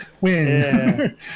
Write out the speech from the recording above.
win